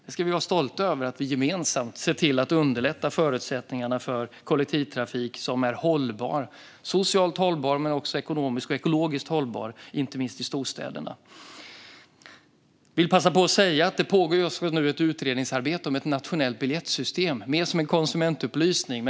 Vi ska vara stolta över att vi gemensamt ser till att underlätta förutsättningarna för kollektivtrafik som är socialt, ekonomiskt och ekologiskt hållbar inte minst i storstäderna. Mer som en konsumentupplysning vill jag passa på att säga att det just nu pågår ett utredningsarbete om ett nationellt biljettsystem.